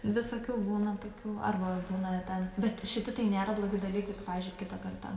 visokių būna tokių arba būna ten bet šiti tai nėra blogi dalykai tu pavyzdžiui kitą kartą